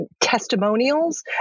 testimonials